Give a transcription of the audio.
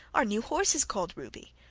our new horse is called ruby.